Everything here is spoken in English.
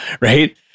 right